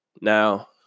Now